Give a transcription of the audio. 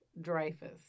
dreyfus